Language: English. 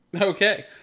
okay